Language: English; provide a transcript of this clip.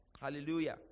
Hallelujah